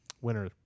winner